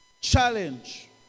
Challenge